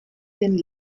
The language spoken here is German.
den